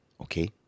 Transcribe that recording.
Okay